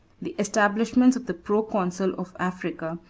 the establishment of the proconsul of africa,